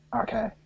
Okay